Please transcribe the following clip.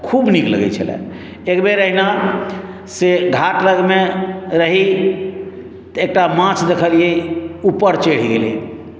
खूब नीक लगैत छले एकबेर अहिना से घाट लगमे रही तऽ एकटा माछ देखलियै ऊपर चढ़ि गेलै